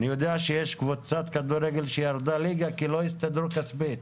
אני יודע שיש קבוצת כדורגל שירדה ליגה כי לא הסתדרו כספית.